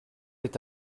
est